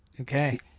Okay